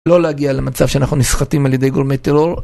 לא להגיע למצב שאנחנו נסחטים על ידי גורמי טרור.